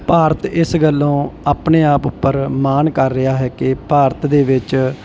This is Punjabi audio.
ਭਾਰਤ ਇਸ ਗੱਲੋਂ ਆਪਣੇ ਆਪ ਉੱਪਰ ਮਾਣ ਕਰ ਰਿਹਾ ਹੈ ਕਿ ਭਾਰਤ ਦੇ ਵਿੱਚ